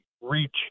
reach